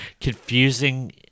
confusing